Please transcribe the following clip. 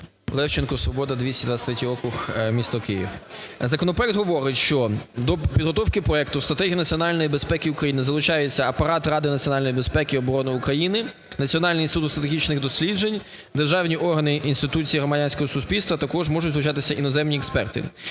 Левченко, "Свобода", 223 округ, місто Київ. Законопроект говорить, що до підготовки проекту Стратегії національної безпеки України залучається апарат Ради національної безпеки і оборони України, Національний інститут стратегічних досліджень, державні органи, інституції громадянського суспільства, також можуть долучатися іноземні експерти.